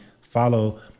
follow